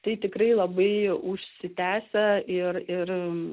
tai tikrai labai užsitęsia ir ir